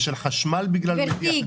ושל חשמל בגלל מדיחים.